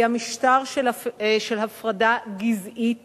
היה משטר של הפרדה גזעית